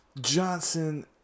Johnson